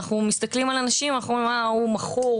אנחנו מסתכלים על אנשים ואומרים זה מכור,